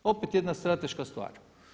Opet jedna strateška stvar.